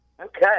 Okay